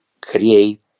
create